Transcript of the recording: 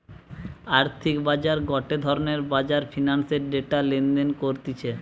আর্থিক বাজার গটে ধরণের বাজার ফিন্যান্সের ডেটা লেনদেন করতিছে